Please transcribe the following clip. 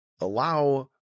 allow